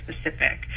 specific